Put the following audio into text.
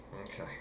Okay